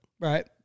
Right